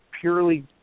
purely